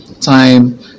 time